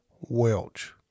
Welch